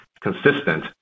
consistent